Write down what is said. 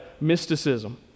mysticism